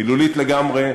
מילולית לגמרי,